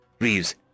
Reeves